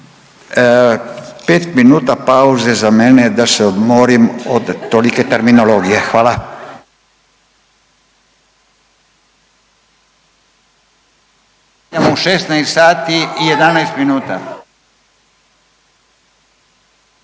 5 minuta pauze za mene da se odmorim od tolike terminologije, hvala.